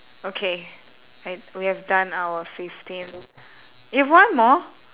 okay I we have done our fifteen you have one more